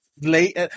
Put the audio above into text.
late